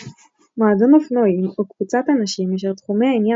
מועדון אופנועים הוא קבוצת אנשים אשר תחומי העניין